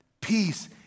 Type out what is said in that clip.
Peace